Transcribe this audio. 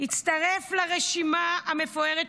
הצטרף לרשימה המפוארת,